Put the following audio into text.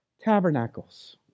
Tabernacles